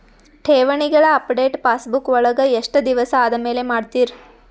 ಠೇವಣಿಗಳ update passbook ವಳಗ ಎಷ್ಟ ದಿವಸ ಆದಮೇಲೆ ಮಾಡ್ತಿರ್?